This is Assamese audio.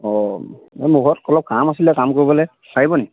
অঁ এই মোৰ ঘৰত অলপ কাম আছিলে কাম কৰিবলে পাৰিব নি